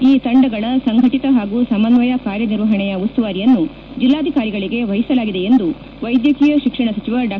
ಈ ತಂಡಗಳ ಸಂಘಟಿತ ಹಾಗೂ ಸಮನ್ವಯ ಕಾರ್ಯನಿರ್ವಹಣೆಯ ಉಸ್ತುವಾರಿಯನ್ನು ಜಿಲ್ಲಾಧಿಕಾರಿಗಳಿಗೆ ವಹಿಸಲಾಗಿದೆ ಎಂದು ವೈದ್ಯಕೀಯ ಶಿಕ್ಷಣ ಸಚಿವ ಡಾ